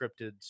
cryptids